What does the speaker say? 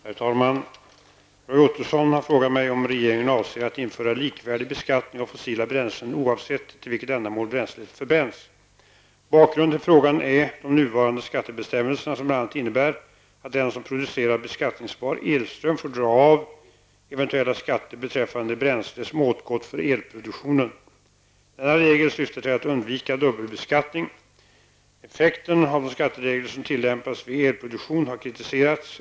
Herr talman! Roy Ottosson har frågat mig om regeringen avser att införa likvärdig beskattning av fossila bränslen oavsett till vilket ändamål bränslet förbränns. Bakgrunden till frågan är de nuvarande skattebestämmelserna som bl.a. innebär att den som producerar beskattningsbar elström får dra av eventuella skatter beträffande det bränsle som åtgått för elproduktionen. Denna regel syftar till att undvika dubbelbeskattning. Effekten av de skatteregler som tillämpas vid elproduktion har kritiserats.